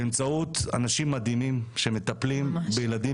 באמצעות אנשים מדהימים שמטפלים בילדים